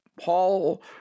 Paul